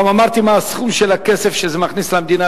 גם אמרתי מה הסכום של הכסף שזה מכניס למדינה.